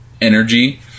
energy